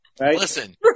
Listen